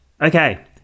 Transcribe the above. okay